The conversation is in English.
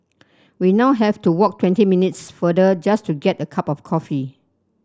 we now have to walk twenty minutes farther just to get a cup of coffee